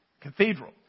cathedral